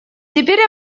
теперь